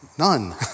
None